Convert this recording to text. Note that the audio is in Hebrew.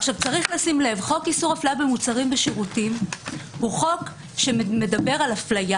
חוק איסור אפליה במוצרים ושירותים מדבר על אפליה